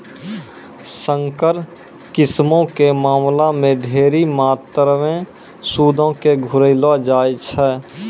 संकर किस्मो के मामला मे ढेरी मात्रामे सूदो के घुरैलो जाय छै